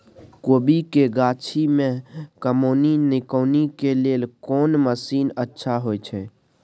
कोबी के गाछी में कमोनी निकौनी के लेल कोन मसीन अच्छा होय छै?